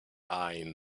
eyeing